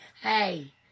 Hey